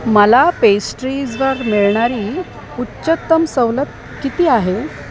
मला पेस्ट्रीजवर मिळणारी उच्चत्तम सवलत किती आहे